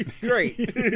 Great